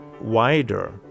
wider